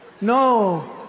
No